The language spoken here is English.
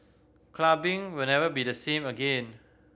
clubbing will never be the same again